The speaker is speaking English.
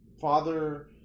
father